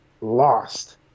lost